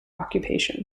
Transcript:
occupation